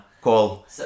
call